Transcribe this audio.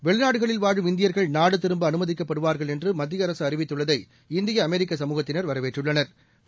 வெளிநாடுகளில் இந்தியர்கள் வாழும் நாடுதிரும்பஅனுமதிக்கப்படுவார்கள் என்றுமத்தியஅரசுஅறிவித்துள்ளதை இந்திய அமெரிக்க சமூகத்தினா் வரவேற்றுள்ளனா்